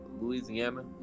Louisiana